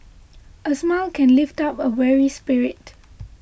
a smile can often lift up a weary spirit